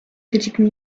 critiques